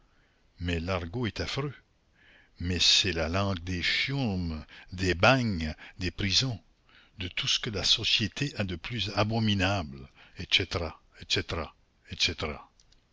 mais l'argot est affreux mais c'est la langue des chiourmes des bagnes des prisons de tout ce que la société a de plus abominable etc etc etc